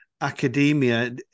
academia